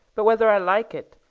but whether i like it,